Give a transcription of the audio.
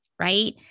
right